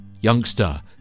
youngster